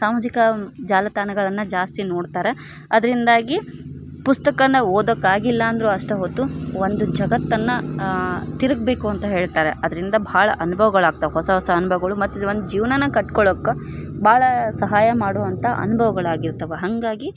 ಸಾಮಾಜಿಕ ಜಾಲತಾಣಗಳನ್ನ ಜಾಸ್ತಿ ನೋಡ್ತಾರ ಅದರಿಂದಾಗಿ ಪುಸ್ತಕನ ಓದೋಕಾಗಿಲ್ಲ ಅಂದ್ರು ಅಷ್ಟ ಹೊತ್ತು ಒಂದು ಜಗತ್ತನ್ನ ತೀರ್ಗ್ಬೇಕು ಅಂತ ಹೇಳ್ತಾರೆ ಅದರಿಂದ ಭಾಳ ಅನುಭವಗಳು ಆಗ್ತವ್ ಹೊಸ ಹೊಸ ಅನುಭವಗಳು ಮತ್ತಿದ ಒಂದ್ ಜೀವನನ ಕಟ್ಕೊಳೊಕ್ಕ ಭಾಳ ಸಹಾಯ ಮಾಡುವಂಥಾ ಅನುಭವಗಳು ಆಗಿರ್ತಾವ ಹಾಗಾಗಿ